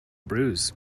bruise